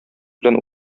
белән